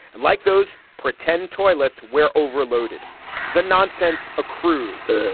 and like those pretend toilets where overloaded the nonsense, a cruise,